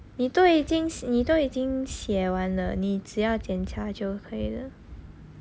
你都已经你都已经写完了你只要检查就可以了